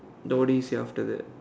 then what did he say after that